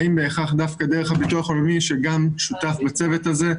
האם בהכרח דווקא דרך הביטוח הלאומי שהוא גם שותף בצוות הזה?